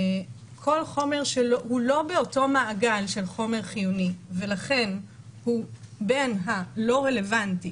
כל חומר שלא באותו מעגל של חומר חיוני ולכן הוא בין הלא רלוונטי